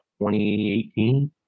2018